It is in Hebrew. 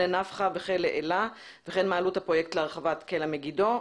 כלא נפחא וכלא אלה וכן מה עלות הפרויקט להרחבת כלא מגידו.